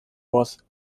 was